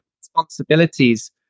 responsibilities